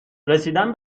رسیدن